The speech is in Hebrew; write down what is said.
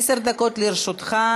עשר דקות לרשותך.